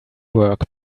work